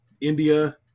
India